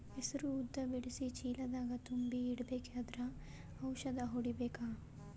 ಹೆಸರು ಉದ್ದ ಬಿಡಿಸಿ ಚೀಲ ದಾಗ್ ತುಂಬಿ ಇಡ್ಬೇಕಾದ್ರ ಔಷದ ಹೊಡಿಬೇಕ?